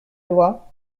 loi